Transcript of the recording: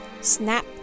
snap